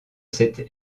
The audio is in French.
cette